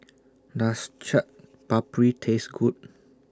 Does Chaat Papri Taste Good